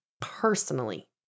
personally